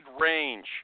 range